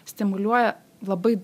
stimuliuoja labai